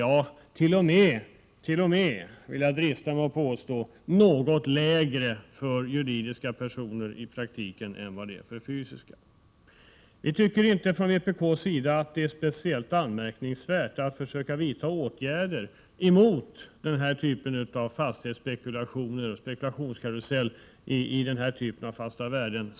Ja den ärt.o.m., vill jag drista mig att påstå, i praktiken något lägre för juridiska personer än för fysiska. Vi tycker inte från vpk:s sida att det är speciellt anmärkningsvärt att försöka vidta åtgärder emot den spekulationskarusell som finns och har funnits i fråga om den här typen av fasta värden.